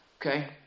okay